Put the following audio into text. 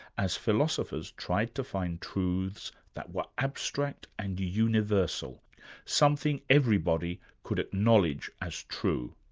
as philosophers tried to find truths that were abstract and universal something everybody could acknowledge as true.